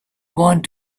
want